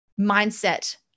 mindset